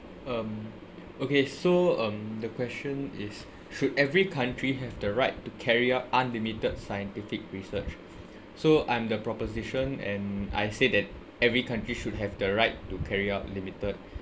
um okay so um the question is should every country have the right to carry out unlimited scientific research so I'm the proposition and I say that every country should have the right to carry out limited